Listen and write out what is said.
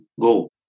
go